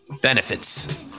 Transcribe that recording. benefits